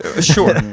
Sure